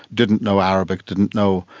didn't know arabic, didn't know,